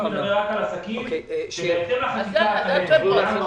אני מדבר רק על עסקים בהתאם לחקיקה הקיימת ונפתחו